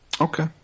Okay